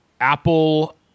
Apple